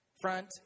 front